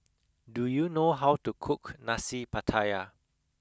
do you know how to cook nasi pattaya